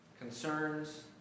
concerns